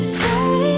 say